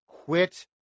Quit